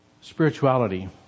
spirituality